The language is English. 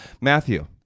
Matthew